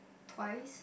twice